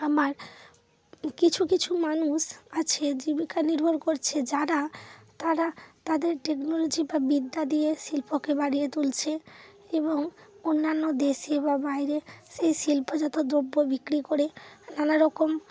আমার কিছু কিছু মানুষ আছে জীবিকা নির্ভর করছে যারা তারা তাদের টেকনোলজি বা বিদ্যা দিয়ে শিল্পকে বাড়িয়ে তুলছে এবং অন্যান্য দেশে বা বাইরে সেই শিল্পজাত দ্রব্য বিক্রি করে নানা রকম